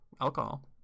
alcohol